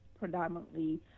predominantly